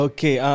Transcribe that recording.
Okay